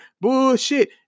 bullshit